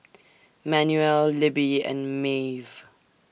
Manuel Libbie and Maeve